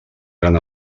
gran